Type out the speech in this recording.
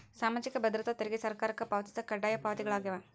ಸಾಮಾಜಿಕ ಭದ್ರತಾ ತೆರಿಗೆ ಸರ್ಕಾರಕ್ಕ ಪಾವತಿಸೊ ಕಡ್ಡಾಯ ಪಾವತಿಗಳಾಗ್ಯಾವ